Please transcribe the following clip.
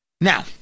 Now